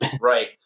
Right